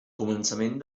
començament